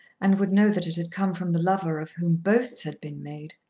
and would know that it had come from the lover of whom boasts had been made.